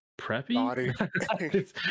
preppy